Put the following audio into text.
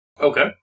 Okay